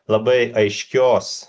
labai aiškios